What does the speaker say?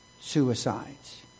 suicides